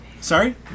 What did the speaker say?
sorry